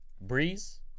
breeze